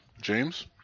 James